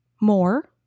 more